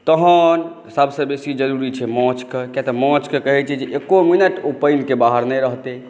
तहन सभसँ बेसी ज़रूरी छै माछके किया तऽ माछके कहै छै जे ओ एक्को मिनट ओ पानिके बाहर नहि रहतै